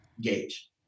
gauge